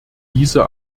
diese